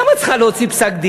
למה את צריכה להוציא פסק-דין,